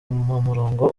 murongo